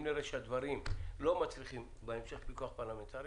אם נראה שהדברים לא מצריכים בהמשך פיקוח פרלמנטרי,